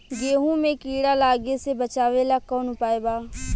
गेहूँ मे कीड़ा लागे से बचावेला कौन उपाय बा?